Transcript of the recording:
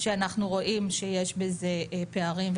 שאנחנו רואים שיש בזה פערים,